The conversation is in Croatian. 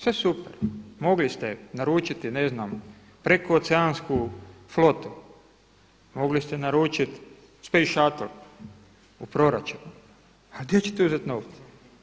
Sve super, mogli ste naručiti ne znam prekooceansku flotu, mogli ste naručit Speace Shuttle u proračunu ali gdje ćete uzeti novce?